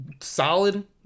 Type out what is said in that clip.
solid